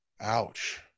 Ouch